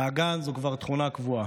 דאגן זו כבר תכונה קבועה,